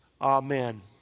Amen